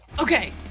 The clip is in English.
Okay